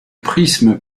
prismes